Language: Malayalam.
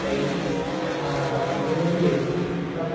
ടൈം ആ പത്തു മണി കഴിയില്ലേ ന്നാ